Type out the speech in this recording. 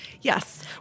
Yes